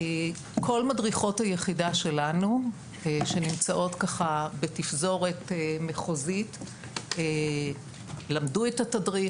כל מדריכות היחידה שלנו שנמצאות בתפזורת מחוזית למדו את התדריך,